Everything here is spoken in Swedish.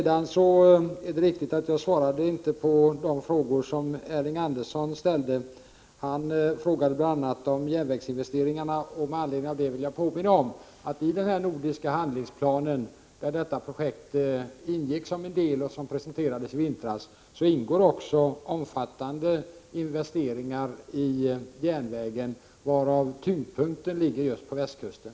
Det är riktigt att jag inte svarade på de frågor som Elving Andersson ställde. Han frågade bl.a. om järnvägsinvesteringarna. Med anledning av det vill jag påminna om att den nordiska handlingsplanen, där detta projekt ingick som en del, vilken presenterades i våras, också innehåller omfattande investeringar i järnvägar, varav tyngdpunkten ligger just på västkusten.